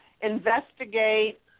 investigate